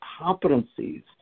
competencies